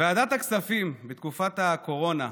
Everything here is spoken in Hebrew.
ועדת הכספים בתקופת הקורונה,